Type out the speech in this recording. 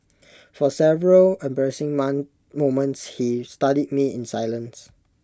for several embarrassing moments he studied me in silence